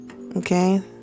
Okay